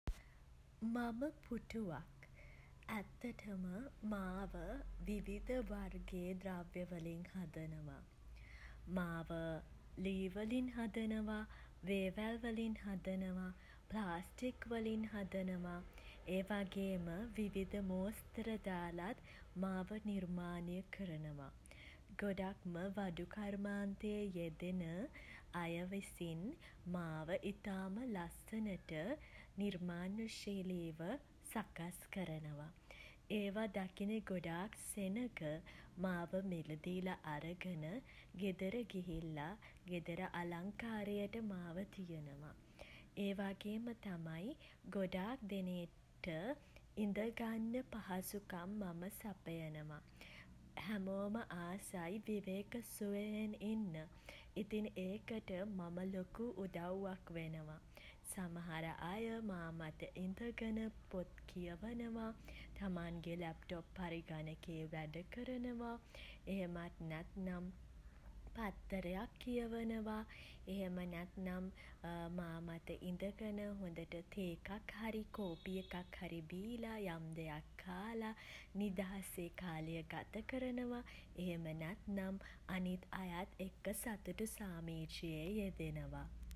මම පුටුවක්. ඇත්තටම මාව විවිධ වර්ගයේ ද්‍රව්‍ය වලින් හදනවා. මාව ලී වලින් හදනවා. වේවැල් වලින් හදනවා. ප්ලාස්ටික් වලින් හදනවා. ඒ වගේම විවිධ මෝස්තර දාලත් මාව නිර්මාණය කරනවා. ගොඩක්ම වඩු කර්මාන්තයේ යෙදෙන අය විසින් මාව ඉතාම ලස්සනට නිර්මාණශීලීව සකස් කරනවා. ඒවා දකින ගොඩාක් සෙනඟ මාව මිළ දීල අරගෙන ගෙදර ගිහිල්ලා ගෙදර අලංකාරයට මාව තියනව. ඒ වගේම තමයි ගොඩාක් දෙනෙක්ට ඉඳ ගන්න පහසුකම් මම සපයනවා. හැමෝම ආසයි විවේක සුවයෙන් ඉන්න. ඉතිං ඒකට මම ලොකු උදව්වක් වෙනවා. සමහර අය මා මත ඉඳගෙන පොත් කියවනවා. තමන්ගේ ලැප්ටොප් පරිඝනකයේ වැඩ කරනවා. එහෙමත් නැත්නම් පත්තරයක් කියවනවා. එහෙම නැත්නම් මා මත ඉඳගෙන හොඳට තේ එකක් හරි කෝපි එකක් හරි බීලා යම් දෙයක් කාලා නිදහසේ කාලය ගත කරනවා. එහෙම නැත්නම් අනිත් අයත් එක්ක සතුටු සාමීචියේ යෙදෙනවා.